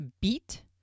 beat